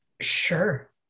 Sure